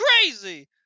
crazy